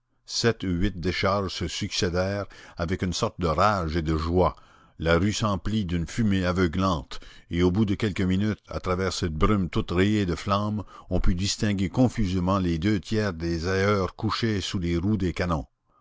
sept ou huit décharges se succédèrent avec une sorte de rage et de joie la rue s'emplit d'une fumée aveuglante et au bout de quelques minutes à travers cette brume toute rayée de flamme on put distinguer confusément les deux tiers des ailleurs couchés sous les roues des canons